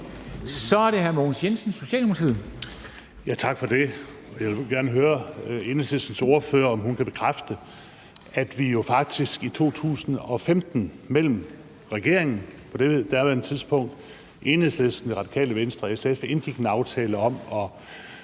Så er det hr. Mogens Jensen, Socialdemokratiet. Kl. 13:30 Mogens Jensen (S): Tak for det. Jeg vil gerne høre Enhedslistens ordfører, om hun kan bekræfte, at vi jo faktisk i 2015 mellem regeringen på daværende tidspunkt, Enhedslisten, Radikale Venstre og SF indgik en aftale om at